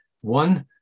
One